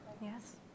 Yes